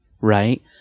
right